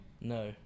No